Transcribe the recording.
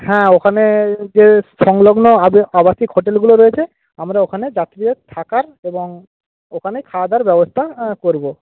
হ্যাঁ ওখানে যে সংলগ্ন আবাসিক হোটেলগুলো রয়েছে আমরা ওখানে রাত্রে থাকার এবং ওখানে খাওয়া দাওয়ার ব্যবস্থা করবো